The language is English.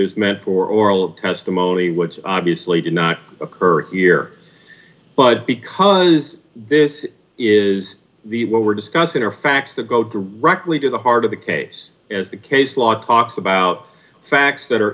is meant for oral testimony was obviously did not occur here but because this is what we're discussing are facts that go directly to the heart of the case as the case law talks about facts that are